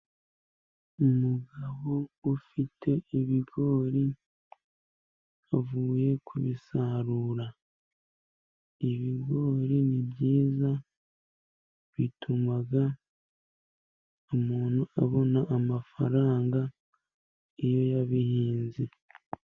Umugabo ufite ibigori ,avuye kubisarura. Ibigori ni byiza, bituma umuntu abona amafaranga iyo yabihinze.